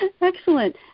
Excellent